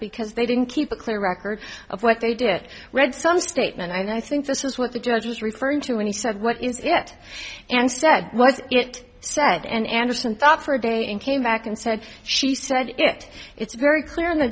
because they didn't keep a clear record of what they did read some statement i think this is what the judge was referring to when he said what is it and said what it said and anderson thought for a day and came back and said she said it it's very clear